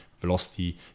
velocity